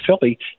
Philly